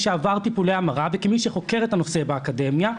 שעבר טיפולי המרה וכמי שחוקר את הנושא באקדמיה.